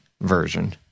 version